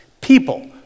people